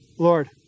Lord